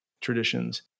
traditions